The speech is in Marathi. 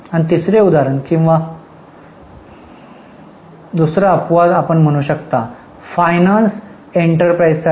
आणि तिसरे उदाहरण किंवा दुसरा अपवाद आपण म्हणू शकता फायनान्स एंटरप्राइझसाठी